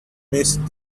missed